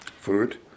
Food